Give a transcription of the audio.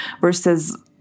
versus